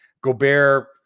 Gobert